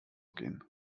gehen